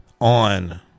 on